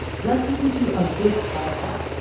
let's listen to a bit of that